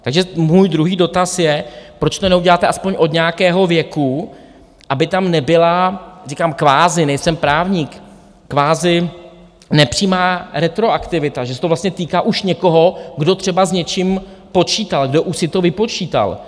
Takže můj druhý dotaz je, proč to neuděláte alespoň od nějakého věku, aby tam nebyla říkám, nejsem právník kvazi nepřímá retroaktivita, že se to vlastně týká už někoho, kdo třeba s něčím počítal, kdo už si to vypočítal.